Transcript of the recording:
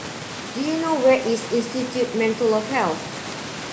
do you know where is Institute Mental of Health